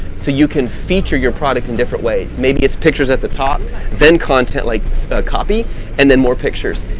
so you can feature your product in different ways, maybe it's pictures at the top then content like coffee and then more pictures,